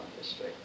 history